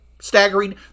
staggering